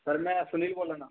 sir में सुनील बोल्ला ना